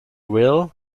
will